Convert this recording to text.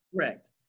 Correct